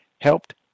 helped